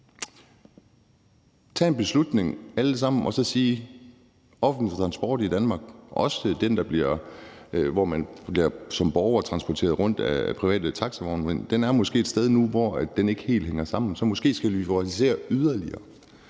tage en beslutning alle sammen og så sige: Offentlig transport i Danmark, også den, hvor man som borger bliver transporteret rundt af private taxavognmænd, er måske et sted nu, hvor den ikke helt hænger sammen. Så måske skal vi liberalisere yderligere.